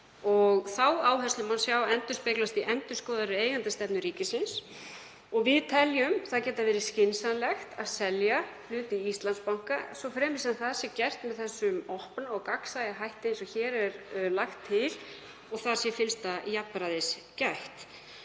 og þá áherslu má sjá endurspeglast í endurskoðaðri eigendastefnu ríkisins og við teljum það geta verið skynsamlegt að selja hlut í Íslandsbanka svo fremi sem það sé gert með þessum opna og gagnsæja hætti eins og hér er lagt til og þar sé fyllsta jafnræðis gætt.